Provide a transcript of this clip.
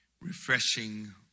refreshing